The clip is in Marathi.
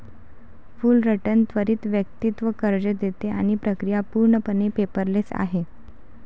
फुलरटन त्वरित वैयक्तिक कर्ज देते आणि प्रक्रिया पूर्णपणे पेपरलेस आहे